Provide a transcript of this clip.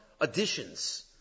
additions